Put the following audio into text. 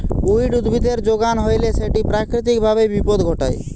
weed উদ্ভিদের যোগান হইলে সেটি প্রাকৃতিক ভাবে বিপদ ঘটায়